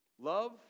Love